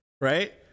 right